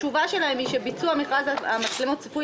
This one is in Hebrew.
התשובה שלהם הייתה: ביצוע מכרז המצלמות צפוי